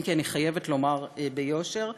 אם כי אני חייבת לומר ביושר: